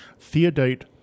Theodate